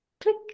click